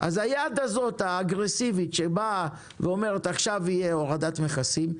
אז היד הזאת האגרסיבית שבאה ואומרת עכשיו יהיה הורדת מכסים,